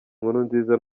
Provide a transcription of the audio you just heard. nkurunziza